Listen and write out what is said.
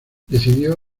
decidió